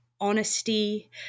honesty